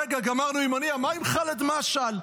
רגע, גמרנו עם הנייה, מה עם חאלד משעל?